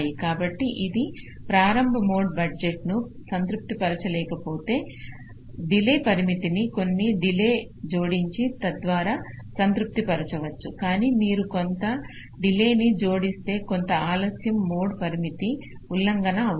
కాబట్టి ఇది ప్రారంభ మోడ్ బడ్జెట్ ను సంతృప్తిపరచకపోతే డిలే పరిమితిని కొన్ని డిలే జోడించడం ద్వారా సంతృప్తిపరచవచ్చు కానీ మీరు కొంత డిలేన్ని జోడిస్తే కొంత ఆలస్య మోడ్ పరిమితి ఉల్లంఘన అవుతుంది